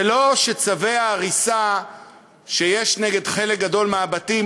זה לא שצווי ההריסה שיש נגד חלק גדול מהבתים